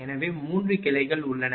எனவே 3 கிளைகள் உள்ளன